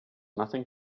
nothing